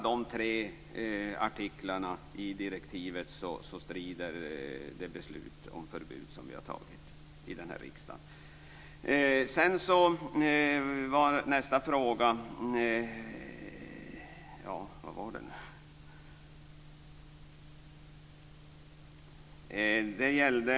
Det beslut om förbud som vi har fattat i riksdagen strider mot dessa tre artiklar.